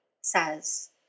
says